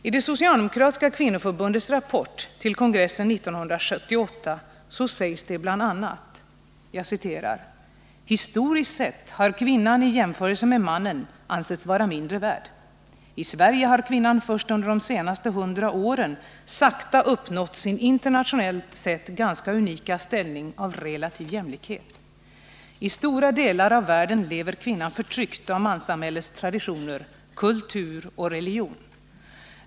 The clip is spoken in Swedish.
I det socialdemokratiska kvinnoförbundets rapport till kongressen Z 1978 sägs det bl.a.: ”Historiskt sett har kvinnan i jämförelse med mannen ansetts vara mindre värd. I Sverige har kvinnan först under de senaste hundra åren sakta uppnått sin internationellt sett ganska unika ställning av relativ jämlikhet. I stora 151 delar av världen lever kvinnan förtryckt av manssamhällets traditioner, kultur och religion.